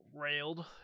railed